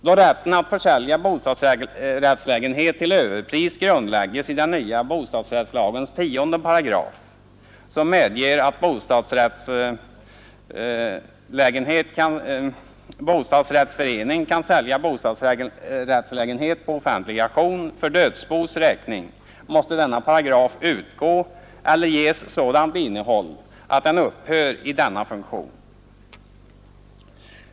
Då rätten att försälja bostadsrättslägenhet till överpris grundlägges i den nya bostadsrättslagens 10 §, som medger att bostadsrättsförening kan sälja bostadsrättslägenhet på offentlig auktion för dödsbos räkning, måste denna paragraf utgå eller ges sådant innehåll att den upphör i denna funktion.